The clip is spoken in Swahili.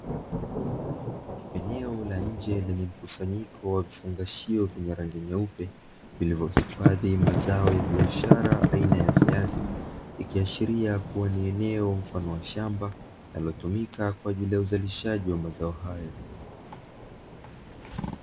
Eneo la nje lenye mkusanyiko wa vifungashio vyenye rangi nyeupo vilivyohifadhi mazao ya biashara aina ya viazi, ikiashiria kuwa ni eneo mfano wa shamba linalotumika kwa ajili ya uzalishaji wa mazao hayo.